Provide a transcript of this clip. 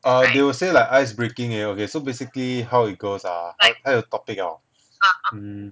err they will say like ice breaking eh okay so basically how it goes ah like 他的 topic orh